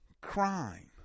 crime